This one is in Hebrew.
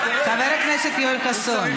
סליחה, חבר הכנסת יואל חסון.